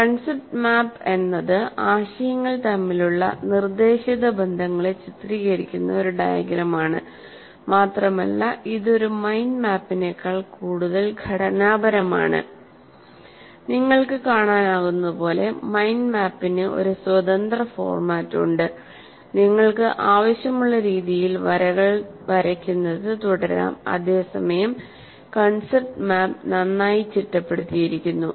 concept map എന്നത് ആശയങ്ങൾ തമ്മിലുള്ള നിർദ്ദേശിത ബന്ധങ്ങളെ ചിത്രീകരിക്കുന്ന ഒരു ഡയഗ്രമാണ് മാത്രമല്ല ഇത് ഒരു മൈൻഡ് മാപ്പിനേക്കാൾ കൂടുതൽ ഘടനാപരമാണ് നിങ്ങൾക്ക് കാണാനാകുന്നതുപോലെ മൈൻഡ് മാപ്പിന് ഒരു സ്വതന്ത്ര ഫോർമാറ്റ് ഉണ്ട് നിങ്ങൾക്ക് ആവശ്യമുള്ള രീതിയിൽ വരകൾ വരയ്ക്കുന്നത് തുടരാം അതേസമയം കൺസെപ്റ്റ് മാപ്പ് നന്നായി ചിട്ടപ്പെടുത്തിയിരിക്കുന്നു